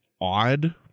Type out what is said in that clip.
odd